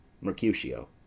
Mercutio